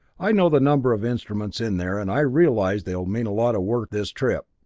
i know the number of instruments in there, and i realize they will mean a lot of work this trip.